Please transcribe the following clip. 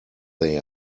they